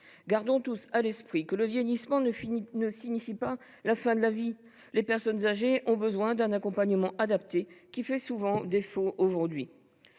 Gardons tous à l’esprit que le vieillissement ne signifie pas la fin de la vie. Les personnes âgées ont besoin d’un accompagnement adapté, qui fait souvent défaut aujourd’hui.